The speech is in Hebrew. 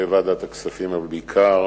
בוועדת הכספים, אבל בעיקר